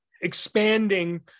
expanding